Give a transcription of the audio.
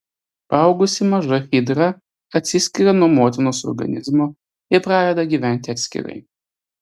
paaugusi maža hidra atsiskiria nuo motinos organizmo ir pradeda gyventi atskirai